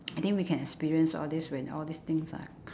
I think we can experience all this when all these things are